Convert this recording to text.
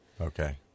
okay